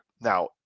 now